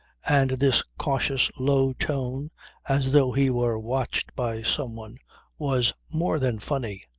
and this cautious low tone as though he were watched by someone was more than funny.